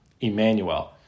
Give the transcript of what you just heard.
Emmanuel